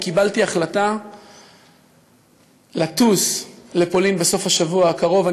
וקיבלתי החלטה לטוס לפולין בסוף השבוע הקרוב.